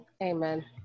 Amen